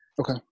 Okay